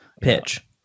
pitch